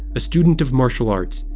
a student of martial arts,